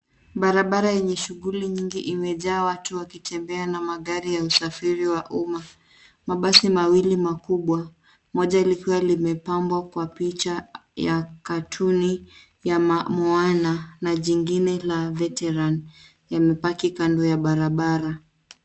Barabara yenye shughuli nyingi imejaa watu wakitembea na magari ya usafiri wa uma, mabasi mawili makubwa, moja likiwa limepambwa kwa picha ya katuni ya Moana na jingine la Veteran imepaki kando ya barabara.